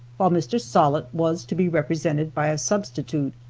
while mr. sollitt was to be represented by a substitute,